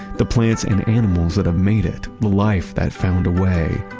the plants and animals that have made it, the life that found a way,